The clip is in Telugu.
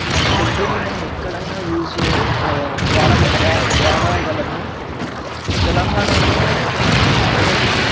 తెలుగుని మనం ఎక్కడయినా యూజ్ చే వాడగా వా వాడగలము తెలంగాణాలో మనము